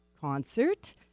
concert